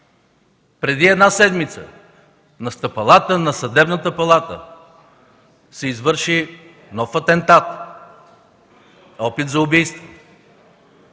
Преди седмица на стъпалата на Съдебната палата се извърши нов атентат – опит за убийство.